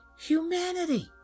Humanity